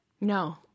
No